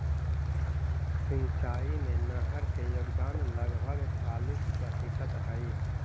सिंचाई में नहर के योगदान लगभग चालीस प्रतिशत हई